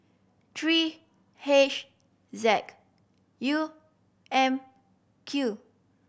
three H Z U M Q